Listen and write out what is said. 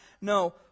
no